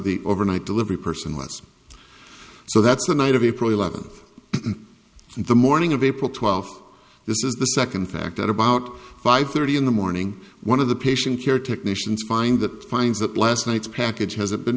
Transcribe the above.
the overnight delivery person was so that's the night of april eleventh the morning of april twelfth this is the second fact at about five thirty in the morning one of the patient care technicians find that finds that last night's package has been